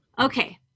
Okay